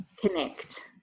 connect